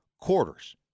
quarters